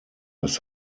das